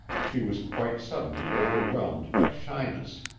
she was quite suddenly overwhelmed by shyness.